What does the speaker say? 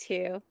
Two